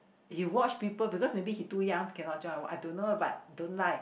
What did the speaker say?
he watch people because maybe he too young cannot join or what I don't know but don't like